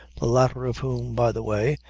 the latter of whom, by the way,